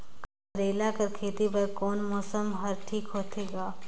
करेला कर खेती बर कोन मौसम हर ठीक होथे ग?